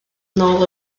nôl